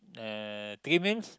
uh three meals